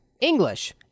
English